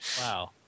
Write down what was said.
Wow